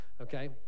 okay